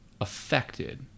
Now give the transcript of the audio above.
affected